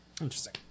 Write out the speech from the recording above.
Interesting